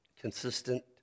consistent